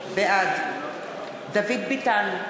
בעד דוד ביטן,